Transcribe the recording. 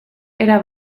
era